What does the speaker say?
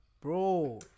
Bro